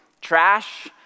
trash